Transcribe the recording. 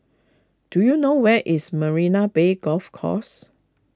do you know where is Marina Bay Golf Course